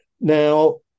Now